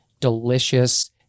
delicious